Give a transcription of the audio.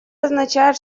означает